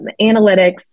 analytics